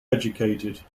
educated